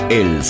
el